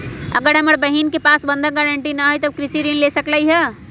अगर हमर बहिन के पास बंधक गरान्टी न हई त उ कृषि ऋण कईसे ले सकलई ह?